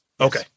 Okay